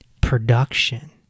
production